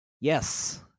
Yes